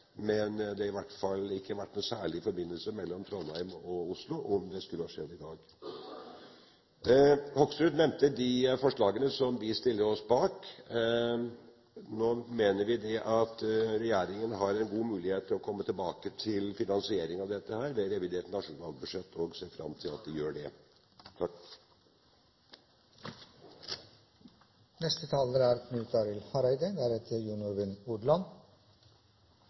men det hadde i hvert fall ikke vært noen særlig forbindelse mellom Trondheim og Oslo dersom det hadde skjedd i dag. Hoksrud nevnte de forslagene vi stiller oss bak. Nå mener vi regjeringen har en god mulighet til å komme tilbake til finansieringen av dette i revidert nasjonalbudsjett, og ser fram til at de gjør det. Kristeleg Folkeparti har i innstillinga gitt ros til Framstegspartiet for å ta opp ei viktig sak. Kristeleg Folkeparti og Framstegspartiet er